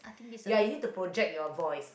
ya you need to project your voice